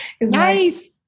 Nice